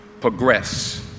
progress